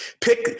pick